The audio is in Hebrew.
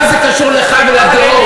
מה זה קשור לך ולדעות?